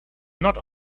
not